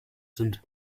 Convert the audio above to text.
sind